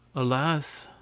alas!